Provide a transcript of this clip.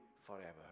forever